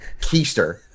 keister